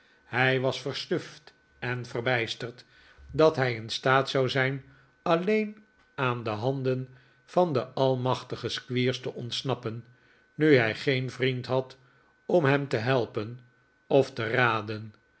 hij was versuft en verbijsterd dat hij in staat zou zijn alleen aan de handen van den almachtigen squeers te ontsnappen nu hij geen vriend had om hem te helpen of te raden